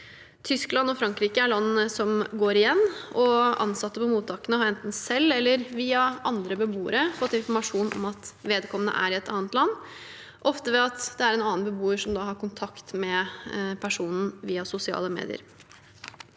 Tyskland og Frankrike er land som går igjen, og ansatte ved mottakene har enten selv eller via andre beboere fått informasjon om at vedkommende er i et annet land, ofte ved at det er en annen beboer som har kontakt med personen via sosiale medier.